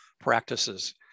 practices